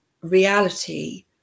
reality